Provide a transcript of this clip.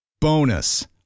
Bonus